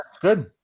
good